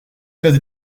treize